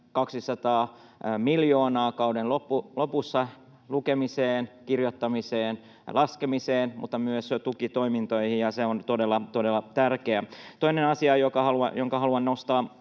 200 miljoonaa kauden loppuun mennessä lukemiseen, kirjoittamiseen ja laskemiseen mutta myös tukitoimintoihin. Se on todella, todella tärkeää. Toinen asia, jonka haluan nostaa